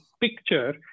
picture